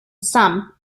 some